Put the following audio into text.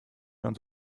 schon